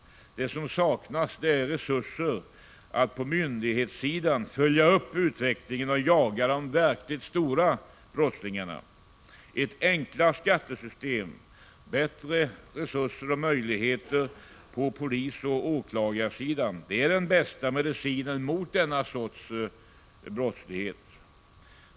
Det som saknas är resurser att på myndighetssidan följa upp utvecklingen och jaga de verkligt stora brottslingarna. Ett enklare skattesystem, bättre resurser och möjligheter på polisoch åklagarsidan är den bästa medicinen mot denna sorts brottslighet.